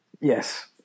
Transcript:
Yes